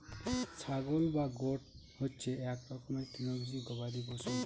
ছাগল বা গোট হচ্ছে এক রকমের তৃণভোজী গবাদি পশু